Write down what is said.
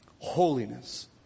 holiness